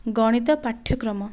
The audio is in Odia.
ଗଣିତ ପାଠ୍ୟକ୍ରମ